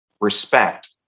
respect